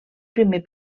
primer